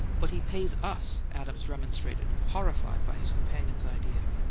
but he pays us, adams remonstrated, horrified by his companion's idea.